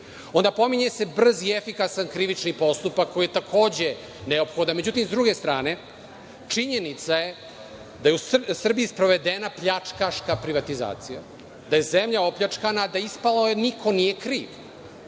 pravcu. Pominje se brzi i efikasan krivični postupak koji je takođe neophodan. Međutim, s druge strane činjenica je da je u Srbiji sprovedena pljačkaška privatizacija, da je zemlja opljačkana, da je ispalo niko nije kriv,